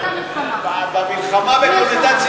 זה לא מלחמה, זה מאבק.